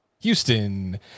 Houston